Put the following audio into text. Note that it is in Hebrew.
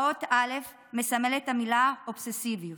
האות א' מסמלת את המילה אובססיביות.